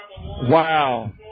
Wow